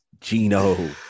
Gino